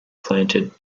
planted